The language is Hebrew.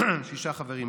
שישה חברים,